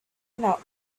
now